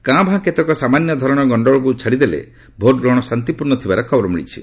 କାଁ ଭାଁ କେତେକ ସାମାନ୍ୟ ଧରଣର ଗଣ୍ଡଗୋଳକୁ ଛାଡିଦେଲେ ଭୋଟଗ୍ରହଣ ଶାନ୍ତିପୂର୍ଣ୍ଣ ଥିବାର ଖବର ମିଳିଛି